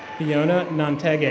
fiona nantege.